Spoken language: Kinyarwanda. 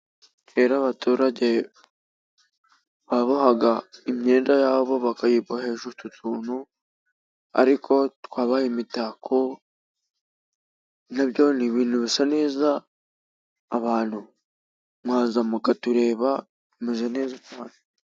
Kera abaturage babohaga imyenda yabo bakayibohesha utu tuntu, ariko twabaye imitako. Na byo ni ibintu bisa neza, abantu mwaza mukatureba tumeze neza cane.